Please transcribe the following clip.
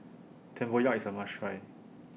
Tempoyak IS A must Try